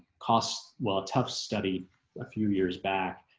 costs. well, a tough study a few years back,